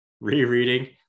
rereading